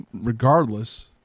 regardless